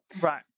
Right